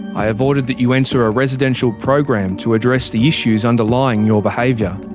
i have ordered that you enter a residential program to address the issues underlying your behaviour.